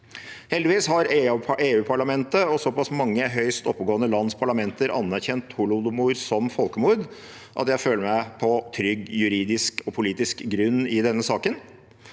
Heldigvis har Europaparlamentet og såpass mange høyst oppegående lands parlamenter anerkjent holodomor som folkemord at jeg føler meg på trygg juridisk og politisk grunn i denne saken.